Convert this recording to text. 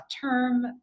term